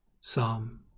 psalm